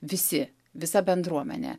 visi visa bendruomenė